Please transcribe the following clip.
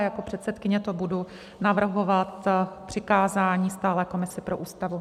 Jako předsedkyně to budu navrhovat k přikázání Stálé komisi pro Ústavu.